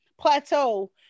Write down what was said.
plateau